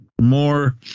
more